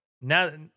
now